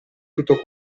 tutto